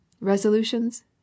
Resolutions